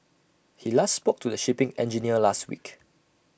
he last spoke to the shipping engineer last week